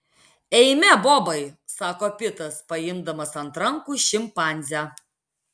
eime bobai sako pitas paimdamas ant rankų šimpanzę